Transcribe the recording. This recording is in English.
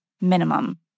minimum